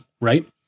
right